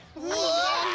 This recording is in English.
whoa!